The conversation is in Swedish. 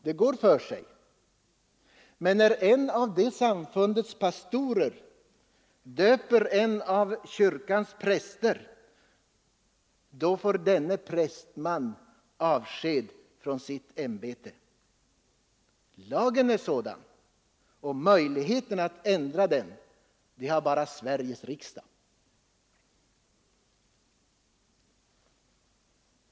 Det går för sig, men när en av samfundets pastorer döper en av kyrkans präster, då får denne prästman avsked från sitt ämbete. Lagen är sådan och möjlighet att ändra den har bara Sveriges riksdag.